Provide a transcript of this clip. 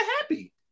happy